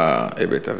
בהיבט הזה.